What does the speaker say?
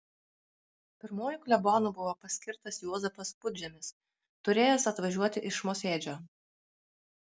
pirmuoju klebonu buvo paskirtas juozapas pudžemis turėjęs atvažiuoti iš mosėdžio